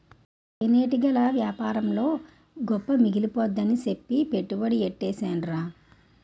తేనెటీగల యేపారంలో గొప్ప మిగిలిపోద్దని సెప్పి పెట్టుబడి యెట్టీసేనురా